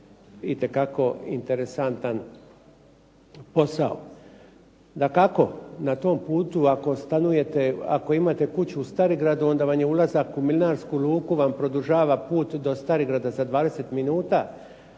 itekako interesantan posao. Dakako, na tom putu ako stanujete, ako imate kuću u Starigradu onda vam je ulaz na Kuminarsku luku vam produžava put do Starigrada za 20 minuta,